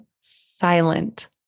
silent